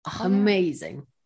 Amazing